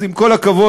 אז עם כל הכבוד,